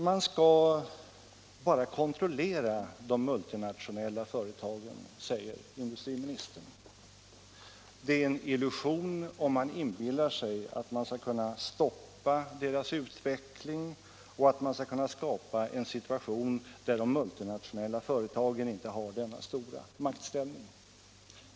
Man skall bara kontrollera de multinationella företagen, säger industriministern. Det är en illusion om man inbillar sig att man skall kunna stoppa deras utveckling och att man skall skapa en situation där de multinationella företagen inte har denna betydande maktställning.